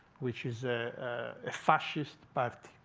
which is a fascist but